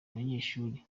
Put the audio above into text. umunyeshuli